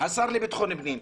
השר לבטחון פנים,